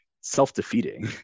self-defeating